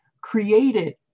created